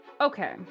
Okay